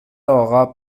عقاب